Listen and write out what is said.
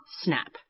snap